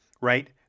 Right